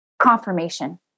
confirmation